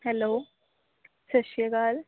hello ਸਤਿ ਸ਼੍ਰੀ ਅਕਾਲ